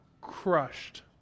crushed